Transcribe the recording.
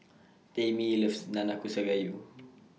Tamie loves Nanakusa Gayu